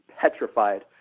petrified